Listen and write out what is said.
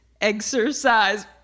Exercise